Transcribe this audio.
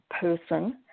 person